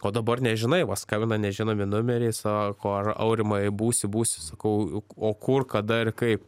o dabar nežinai va skambina nežinomi numeriai sako ar aurimai būsi būsi sakau o kur kada ir kaip